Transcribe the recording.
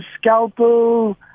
scalpel